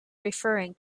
referring